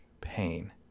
pain